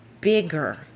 bigger